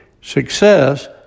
Success